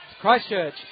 Christchurch